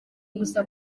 gusa